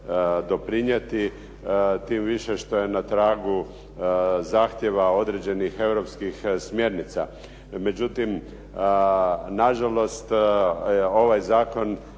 doprinijeti, tim više što je na tragu zahtjeva određenih europskih smjernica. Međutim, na žalost ovaj zakon